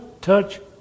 touch